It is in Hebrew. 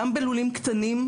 גם בלולים קטנים,